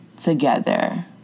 together